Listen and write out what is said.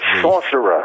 Sorcerer